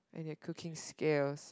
and your cooking skills